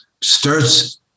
starts